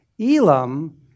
Elam